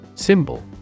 Symbol